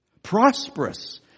Prosperous